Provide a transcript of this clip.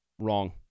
Wrong